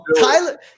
Tyler